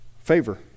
Favor